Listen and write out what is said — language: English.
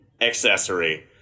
accessory